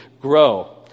grow